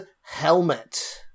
helmet